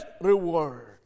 reward